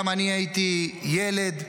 גם אני הייתי ילד,